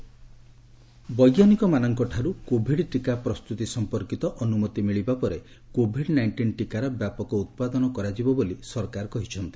Covid vaccine ବୈଜ୍ଞାନିକମାନଙ୍କଠାରୁ COVID ଟୀକା ପ୍ରସ୍ତୁତି ସମ୍ପର୍କିତ ଅନୁମତି ମିଳିବା ପରେ କୋଭିଡ୍ ନାଇଷ୍ଟିନ୍ ଟିକାର ବ୍ୟାପକ ଉତ୍ପାଦନ କରାଯିବ ବୋଲି ସରକାର କହିଛନ୍ତି